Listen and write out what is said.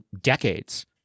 decades